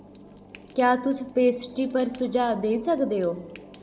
क्या तुस पेस्टी पर सुझाऽ देई सकदे ओ